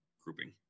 grouping